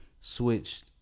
switched